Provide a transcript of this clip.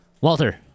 Walter